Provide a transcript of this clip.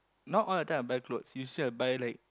not all the time I buy clothes usually I buy like